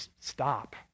Stop